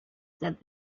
that